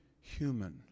human